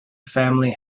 family